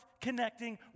connecting